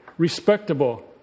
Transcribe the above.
respectable